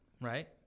right